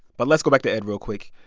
but let's go back to ed real quick.